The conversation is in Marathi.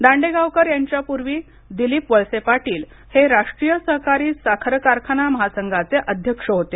दांडेगावकर यांच्यापूर्वी दिलीप वळसेपाटील हे राष्ट्रीय सहकारी साखर कारखाना महासंघाचे अध्यक्ष होते